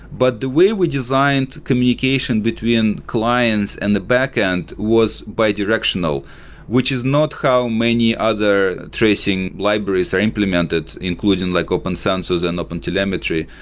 but the way we designed communication between clients and the backend was bidirectional, which is not how many other tracing libraries are implemented including like open sensors and open telemetry.